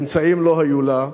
אמצעים לא היו לה,